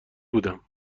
بودم